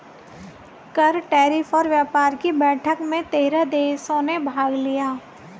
कर, टैरिफ और व्यापार कि बैठक में तेरह देशों ने भाग लिया